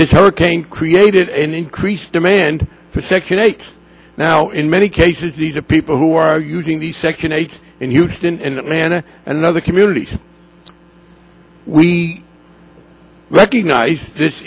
this hurricane created an increased demand for section eight now in many cases these are people who are using the second eight in houston and atlanta and other communities we recognize this